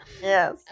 Yes